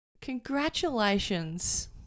Congratulations